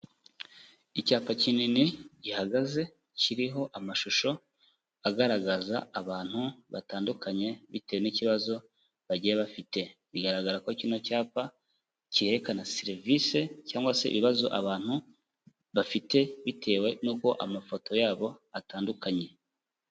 Icyapa kinini gihagaze kiriho amashusho agaragaza abantu batandukanye bitewe n'ikibazo bagiye bafite, bigaragara ko kino cyapa cyerekana serivisi cyangwa se ibibazo abantu bafite bitewe n'uko amafoto yabo atandukanye.